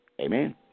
Amen